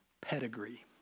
pedigree